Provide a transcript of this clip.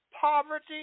poverty